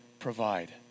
provide